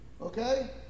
Okay